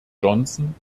johnson